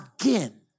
again